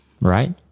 right